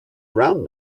around